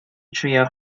trio